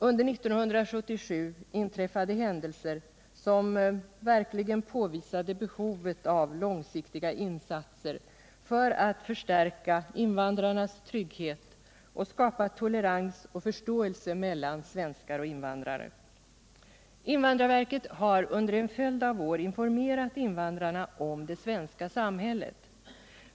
Under 1977 inträffade händelser som verkligen påvisade behovet av långsiktiga insatser för att förstärka invandrarnas trygghet och skapa tolerans och förståelse mellan svenskar och invandrare. Invandrarverket har under en följd av år informerat invandrarna om det svenska samhället.